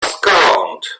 skąd